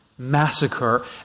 Massacre